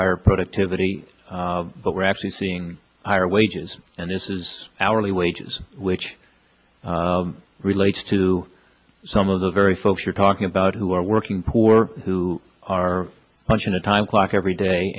higher productivity but we're actually seeing higher wages and this is hourly wages which relates to some of the very folks you're talking about who are working poor who are punching a time clock every day